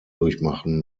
durchmachen